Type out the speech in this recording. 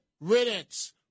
riddance